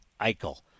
Eichel